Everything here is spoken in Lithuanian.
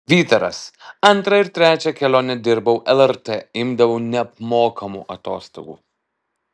vytaras antrą ir trečią kelionę dirbau lrt imdavau neapmokamų atostogų